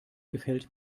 gefällt